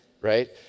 right